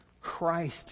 Christ